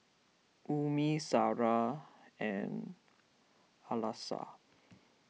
Ummi Sarah and Alyssa